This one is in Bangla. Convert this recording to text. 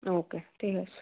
ওকে ঠিক আছে